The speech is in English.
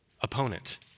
opponent